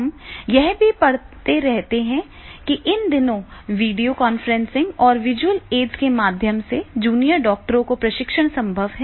हम यह भी पढ़ते रहते हैं कि इन दिनों वीडियो कॉन्फ्रेंसिंग और विज़ुअल एड्स के माध्यम से जूनियर डॉक्टरों को प्रशिक्षण संभव है